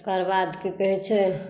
तकरबाद की कहै छै